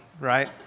right